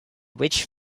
which